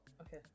okay